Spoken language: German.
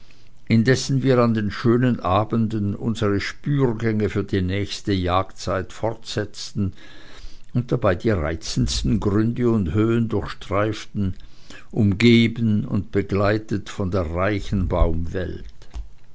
indessen wir an den schönen abenden unsere spürgänge für die nächste jagdzeit fortsetzten und dabei die reizendsten gründe und höhen durchstreiften umgeben und begleitet von der reichen baumwelt